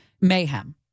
mayhem